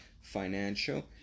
financial